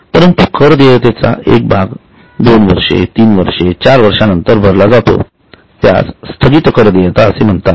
परंतु कर देयतेचा एक भाग 2 वर्ष 3 वर्षे 4 वर्षांनंतर भरला जातो त्यास स्थगित कर देयता असे म्हणतात